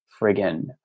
friggin